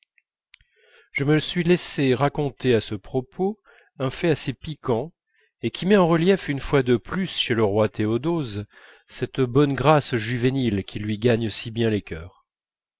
je me suis laissé raconter à ce propos un fait assez piquant et qui met en relief une fois de plus chez le roi théodose cette bonne grâce juvénile qui lui gagne si bien les cœurs